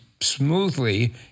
smoothly